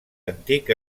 antic